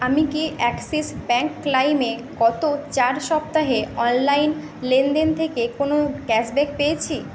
আমি কি Axis Bank লাইমে গত চার সপ্তাহে অনলাইন লেনদেন থেকে কোনও ক্যাশব্যাক পেয়েছি